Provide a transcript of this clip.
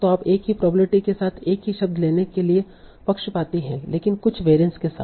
तो आप एक ही प्रोबेबिलिटी के साथ एक ही शब्द लेने के पक्षपाती हैं लेकिन कुछ वेरीयंस के साथ